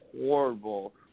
horrible